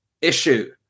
Issue